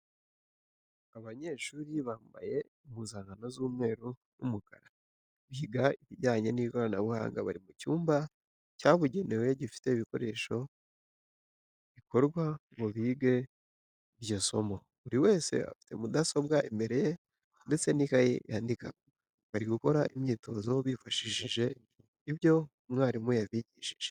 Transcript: Abanyeshuri bambaye impuzankano z'umweru n'umukara biga ibijyanye n'ikoranabuhanga, bari mu cyumba cyabugenewe gifite ibikoresho bikorwa ngo bige iryo somo, buri wese afite mudasobwa imbere ye ndetse n'ikayi yandikamo, bari gukora imyitozo bifashishije ibyo umwarimu yabigishije.